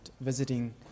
visiting